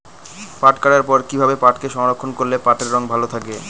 পাট কাটার পর কি ভাবে পাটকে সংরক্ষন করলে পাটের রং ভালো থাকে?